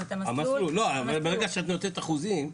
אבל ברגע שאת נותנת אחוזים,